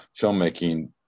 filmmaking